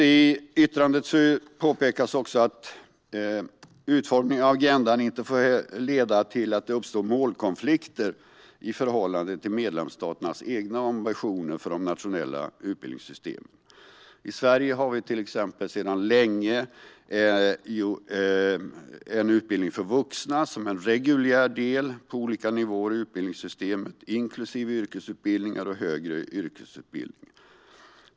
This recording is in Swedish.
I yttrandet påpekas att utformningen av agendan inte får leda till att det uppstår målkonflikter i förhållande till medlemsstaternas egna ambitioner för de nationella utbildningssystemen. I Sverige har vi sedan länge utbildning för vuxna som en reguljär del på olika nivåer i utbildningssystemet, inklusive yrkesutbildningar och högre yrkesutbildning.